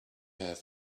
have